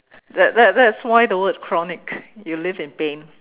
that that that's why the word is chronic you live in pain